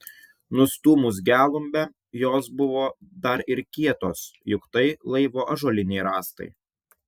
nustūmus gelumbę jos buvo dar ir kietos juk tai laivo ąžuoliniai rąstai